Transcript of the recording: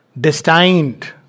destined